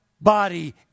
body